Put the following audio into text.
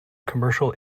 commercial